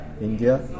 India